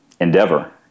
endeavor